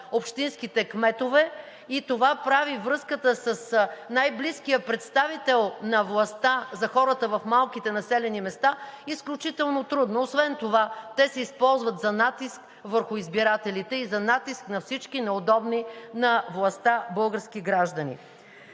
общинските кметове и това прави връзката с най-близкия представител на властта за хората в малките населени места изключително трудна. Освен това те се използват за натиск върху избирателите и за натиск върху всички неудобни на властта български граждани.